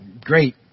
great